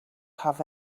have